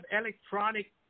electronic